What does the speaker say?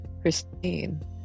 Christine